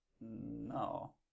No